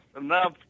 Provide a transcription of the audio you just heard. enough